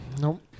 nope